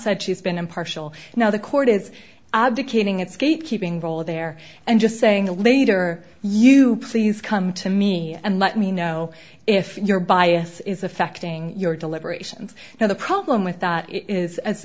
said she's been impartial now the court is abdicating its gatekeeping role there and just saying the later you please come to me and let me know if your bias is affecting your deliberations now the problem with that is as